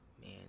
Man